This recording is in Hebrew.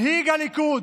מנהיג הליכוד,